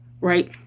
Right